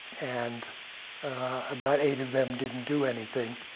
and about eight of them didn't do anything.